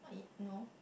what it no